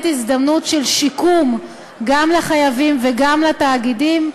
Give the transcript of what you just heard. הזדמנות של שיקום גם לחייבים וגם לתאגידים,